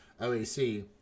OAC